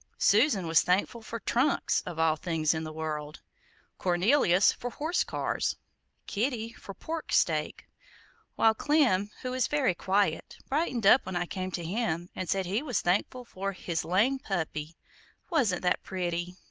susan was thankful for trunks, of all things in the world cornelius, for horse cars kitty, for pork steak while clem, who is very quiet, brightened up when i came to him, and said he was thankful for his lame puppy wasn't that pretty?